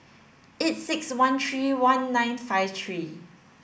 eight six one three one nine five three